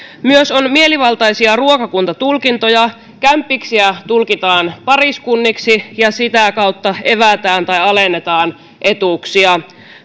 myös mielivaltaisia ruokakuntatulkintoja kämppiksiä tulkitaan pariskunniksi ja sitä kautta evätään tai alennetaan etuuksia